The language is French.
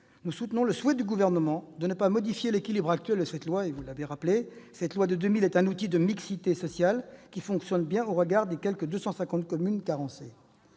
soutient le souhait du Gouvernement de ne pas modifier l'équilibre actuel de la loi SRU. M. le ministre l'a rappelé, cette loi de 2000 est un outil de mixité sociale qui fonctionne bien au regard des quelque 250 communes carencées.